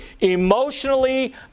emotionally